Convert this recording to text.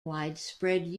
widespread